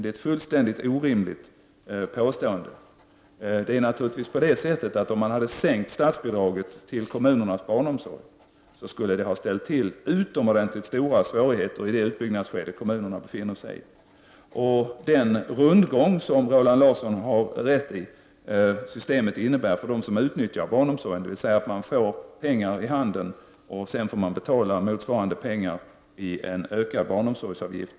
Det är ett fullständigt orimligt påstående. Det är naturligtvis så att om man hade sänkt statsbidraget till kommunerna för barnomsorg, skulle det ha ställt till utomordentligt stora svårigheter för kommunerna i det uppbyggnadsskede som kommunerna befinner sig i. Rundgången i systemet — där har Roland Larsson rätt — innebär för dem som utnyttjar barnomsorgen att man får pengarna i handen och sedan får man betala motsvarande pengar i en ökad barnomsorgsavgift.